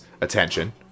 attention